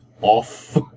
off